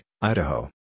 Idaho